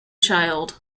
child